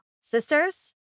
Sisters